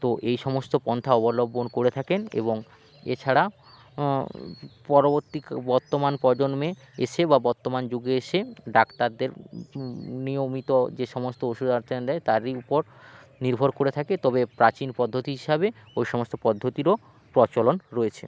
তো এই সমস্ত পন্থা অবলম্বন করে থাকেন এবং এছাড়া পরবর্তী বর্তমান প্রজন্মে এসে বা বর্তমান যুগে এসে ডাক্তারদের নিয়মিত যে সমস্ত ওষুধ আরচা দেয় তারই উপর নির্ভর করে থাকে তবে প্রাচীন পদ্ধতি হিসাবে ওই সমস্ত পদ্ধতিরও প্রচলন রয়েছে